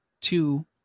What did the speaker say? Two